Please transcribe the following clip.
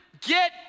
get